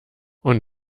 und